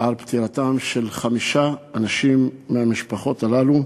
על פטירתם של חמישה אנשים מהמשפחות האלה.